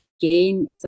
gain